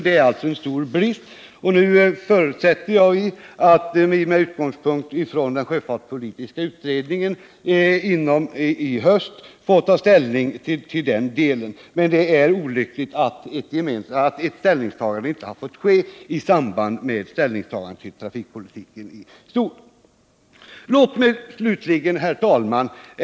Det är en stor brist, och jag förutsätter att utskottet med utgångspunkt i den sjöfartspolitiska utredningen i höst får ta ställning till den delen. Det är emellertid olyckligt att man inte har kunnat ta ställning härtill samtidigt som man tar ställning till trafikpolitiken i stort.